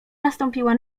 nastąpiła